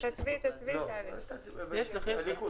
הצבעה התקנות